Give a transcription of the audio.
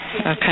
Okay